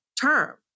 term